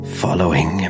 following